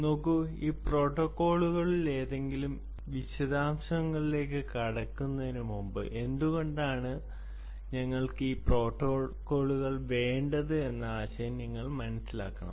നോക്കൂ ഈ പ്രോട്ടോക്കോളുകളിലേതെങ്കിലും വിശദാംശങ്ങളിലേക്ക് കടക്കുന്നതിന് മുമ്പ് എന്തുകൊണ്ടാണ് ഞങ്ങൾക്ക് ഈ പ്രോട്ടോക്കോളുകൾ വേണ്ടത് എന്ന ആശയം നിങ്ങൾ മനസ്സിലാക്കണം